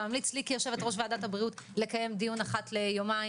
אתה ממליץ כי כיושבת-ראש ועדת הבריאות לקיים דיון אחת ליומיים?